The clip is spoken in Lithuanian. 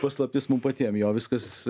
paslaptis mum patiem jo viskas